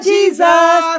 Jesus